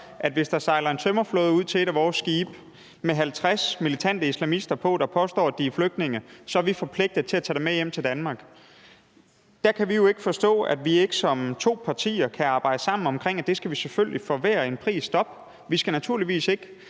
at hvis der sejler en tømmerflåde ud til et af vores skibe med 50 militante islamister, der påstår, at de er flygtninge, er vi forpligtet til at tage dem med hjem til Danmark. Der kan vi jo ikke forstå, at vi ikke som to partier kan arbejde sammen om for hver en pris at stoppe det. Vi skal naturligvis ikke